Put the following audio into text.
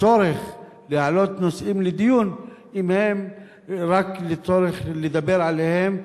צורך להעלות נושאים לדיון אם הם רק לצורך דיבור עליהם,